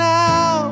now